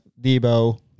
Debo